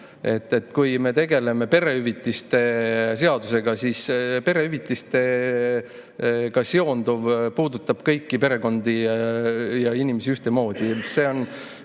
Kui me tegeleme perehüvitiste seadusega, siis perehüvitistega seonduv puudutab kõiki perekondi ja inimesi ühtemoodi. Seal